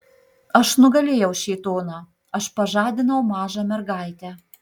aš nugalėjau šėtoną aš pažadinau mažą mergaitę